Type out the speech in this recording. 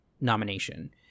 nomination